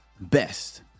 best